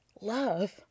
love